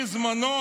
בזמנו,